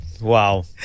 Wow